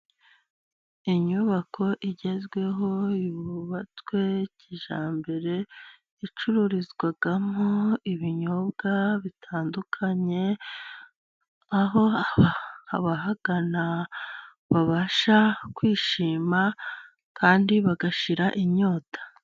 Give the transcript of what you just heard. Inyubako igezweho yubatswe kijyambere, icururizwamo ibinyobwa bitandukanye. Aho abahagana babasha kwishima kandi bagashira inyota.